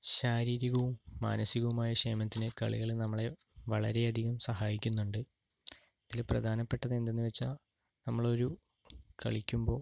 ശാരീരികവും മാനസികവുമായ ക്ഷേമത്തിന് കളികൾ നമ്മളെ വളരെയധികം സഹായിക്കുന്നുണ്ട് ഇതിൽ പ്രധാനപ്പെട്ടത് എന്തെന്ന് വെച്ചാൽ നമ്മളൊരു കളിക്കുമ്പോൾ